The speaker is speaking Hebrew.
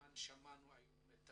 כמובן שמענו היום את